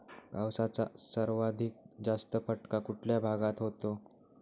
पावसाचा सर्वाधिक जास्त फटका कुठल्या भागात होतो?